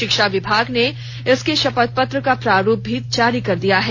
शिक्षा विभाग ने इसके शपथ पत्र का प्रारूप भी जारी कर दिया है